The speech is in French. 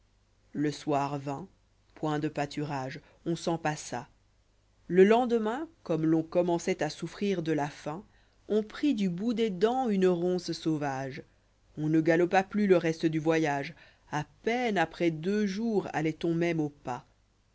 le sojr vint point de pâturage on s'en passa le lendemain comme l'on conrmènçbit à souffrir de la faim on prit du jxjut des dents une ronce sauvage on ne galopa plus le reste jdtt voyage a peine après deux jours alloit on même au pas